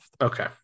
okay